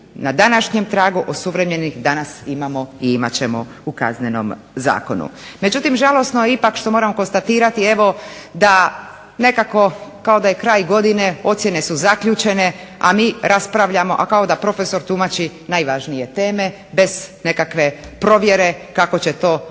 na današnjem tragu osuvremenjenih danas imamo i imat ćemo u Kaznenom zakonu. Međutim žalosno je ipak što moram konstatirati evo da nekako kao da je kraj godine, ocjene su zaključena, a mi raspravljamo, a kao da profesor tumači najvažnije teme bez nekakve provjere kako će to adresati